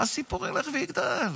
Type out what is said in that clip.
הסיפור ילך ויגדל.